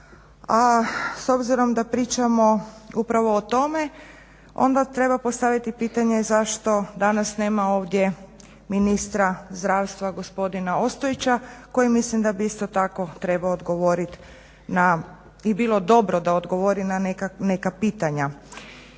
s obzirom da pričamo upravo o tome onda treba postaviti pitanje zašto danas nema ovdje ministra zdravstva gospodina Ostojića koji mislim da bi isto tako trebao odgovoriti na, i bilo bi dobro da odgovori na neka pitanja.